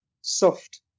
soft